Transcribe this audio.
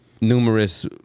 numerous